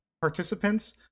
participants